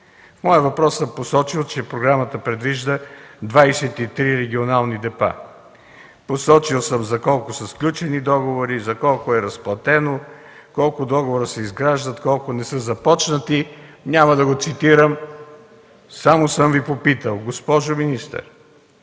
моя въпрос съм посочил, че програмата предвижда 23 регионални депа. Посочил съм за колко са сключени договори, за колко е разплатено, колко договора се изграждат, колко не са започнати. Няма да го цитирам. Само съм Ви попитал: госпожо министър,